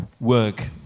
work